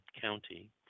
county